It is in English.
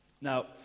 Now